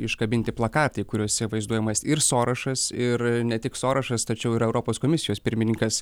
iškabinti plakatai kuriuose vaizduojamas ir sorošas ir ne tik sorošas tačiau yra europos komisijos pirmininkas